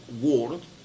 world